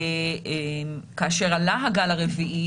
וכאשר עלה הגל הרביעי,